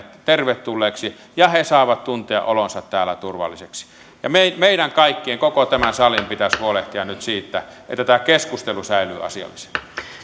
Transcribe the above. tervetulleeksi ja he saavat tuntea olonsa täällä turvalliseksi meidän kaikkien koko tämän salin pitäisi huolehtia nyt siitä että tämä keskustelu säilyy asiallisena